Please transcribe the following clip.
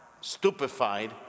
stupefied